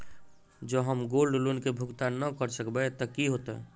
जँ हम gold loan केँ भुगतान न करऽ सकबै तऽ की होत?